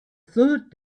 third